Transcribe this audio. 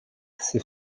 ces